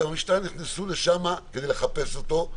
המשטרה נכנסנו לשם כדי לחפש אותו,